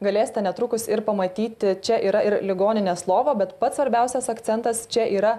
galėsite netrukus ir pamatyti čia yra ir ligoninės lova bet pats svarbiausias akcentas čia yra